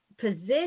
Position